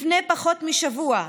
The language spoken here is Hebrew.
לפני פחות משבוע,